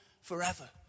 forever